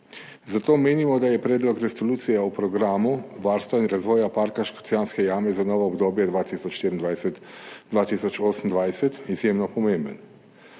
Zato menimo, da je predlog resolucije o programu varstva in razvoja Parka Škocjanske jame za novo obdobje 2024–2028 izjemno pomemben.